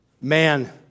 man